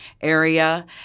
area